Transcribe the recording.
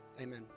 Amen